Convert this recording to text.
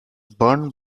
burned